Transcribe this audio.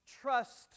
trust